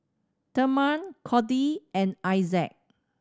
Thurman Codi and Issac